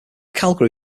calgary